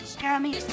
Jeremy